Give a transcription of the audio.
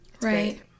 Right